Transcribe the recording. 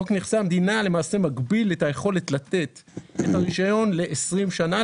חוק נכסי המדינה מגביל את היכולת לתת את הרישיון ל-20 שנה,